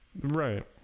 right